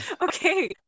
Okay